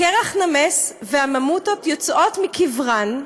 הקרח נמס, הממותות יוצאות מקברן,